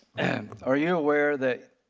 and but are you aware that